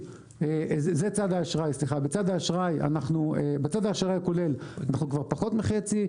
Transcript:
בצד האשראי הכולל אנחנו כבר פחות מחצי.